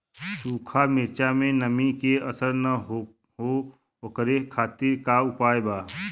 सूखा मिर्चा में नमी के असर न हो ओकरे खातीर का उपाय बा?